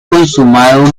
consumado